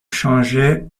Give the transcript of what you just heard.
changé